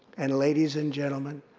and, ladies and gentlemen,